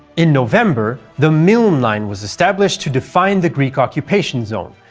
in november, the milne line was established to define the greek occupation zone,